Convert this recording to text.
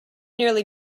nearly